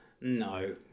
no